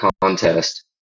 contest